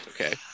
okay